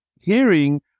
hearing